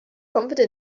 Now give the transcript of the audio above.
confidence